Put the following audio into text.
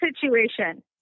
situation